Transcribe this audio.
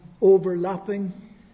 overlapping